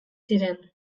ziren